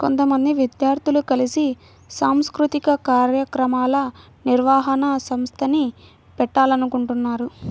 కొంతమంది విద్యార్థులు కలిసి సాంస్కృతిక కార్యక్రమాల నిర్వహణ సంస్థని పెట్టాలనుకుంటన్నారు